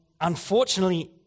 unfortunately